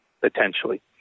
potentially